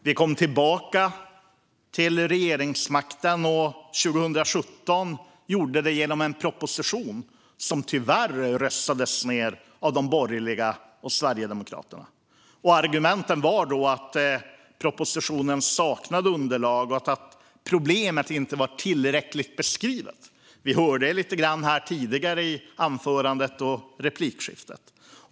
Vi fick tillbaka regeringsmakten 2017 och försökte ändra det genom en proposition, som tyvärr röstades ned av de borgerliga och Sverigedemokraterna. Argumenten var då att propositionen saknade underlag och att problemet inte var tillräckligt beskrivet. Lite tidigare här hörde vi också det i anförandet och replikskiftet.